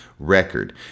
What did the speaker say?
record